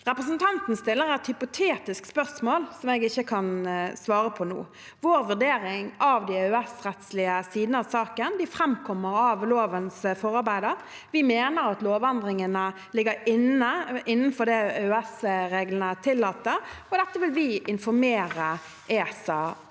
Representanten stiller et hypotetisk spørsmål jeg ikke kan svare på nå. Vår vurdering av de EØS-rettslige sidene av saken framkommer av lovens forarbeider. Vi mener at lovendringene ligger innenfor det EØS-reglene tillater, og dette vil vi informere ESA om.